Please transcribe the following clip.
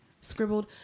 scribbled